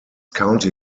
county